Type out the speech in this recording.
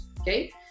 okay